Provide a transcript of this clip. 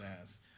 ass